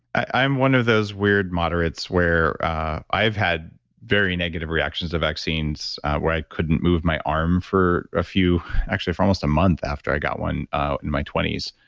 i'm one of those weird moderates where i've had very negative reactions to vaccines where i couldn't move my arm for a few, actually for almost a month after i got one in my twenty s.